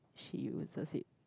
she uses it